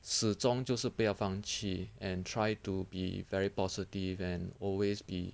始终就是不要放弃 and try to be very positive and always be